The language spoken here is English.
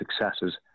successes